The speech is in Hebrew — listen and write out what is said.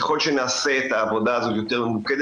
ככל שנעשה את העבודה הזו יותר ממוקדת,